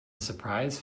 surprise